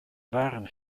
waren